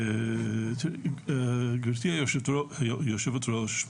גברתי היו"ר,